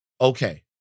Okay